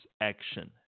Action